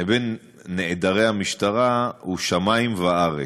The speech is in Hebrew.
לבין נעדרי המשטרה, הוא שמים וארץ.